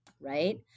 right